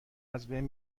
ازبین